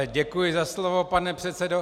Děkuji za slovo, pane předsedo.